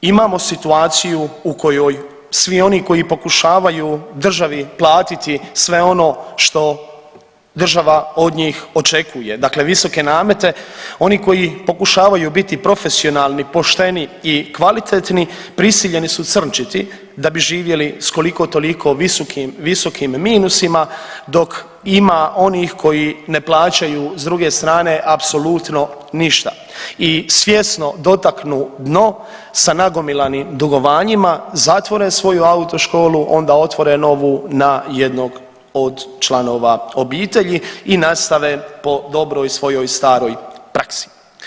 Imamo situaciju u kojoj svi oni koji pokušavaju državi platiti sve ono što država od njih očekuje, dakle visoke namete, oni koji pokušavaju biti profesionalni, pošteni i kvalitetni prisiljeni su crnčiti da bi živjeli s koliko toliko visokim minusima dok ima onih koji ne plaćaju s druge strane apsolutno ništa i svjesno dotaknu dno sa nagomilanim dugovanjima zatvore svoju autoškolu onda otvore novu na jednog od članova obitelji i nastave po dobroj svojoj staroj praksi.